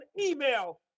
email